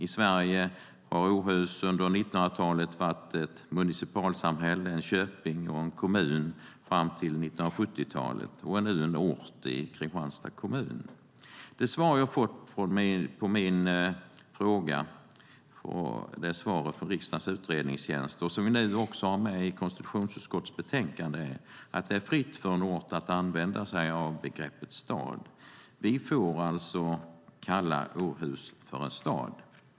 I Sverige har Åhus under 1900-talet varit ett municipalsamhälle, en köping och en kommun fram till 1970-talet. Nu är det en ort i Kristianstads kommun. Det svar jag fått från riksdagens utredningstjänst på min fråga och som vi nu också har med i konstitutionsutskottets betänkande är att det står en ort fritt att använda sig av begreppet "stad". Vi får alltså kalla Åhus för en stad.